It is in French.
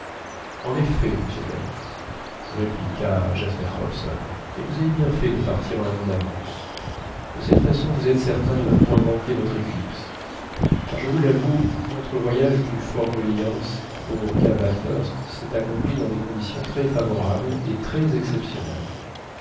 en effet monsieur black répliqua jasper hobson et vous avez bien fait de partir un an d'avance de cette façon vous êtes certain de ne point manquer votre éclipse car je vous l'avoue notre voyage du fort reliance au cap bathurst s'est accompli dans des conditions très favorables et très exceptionnelles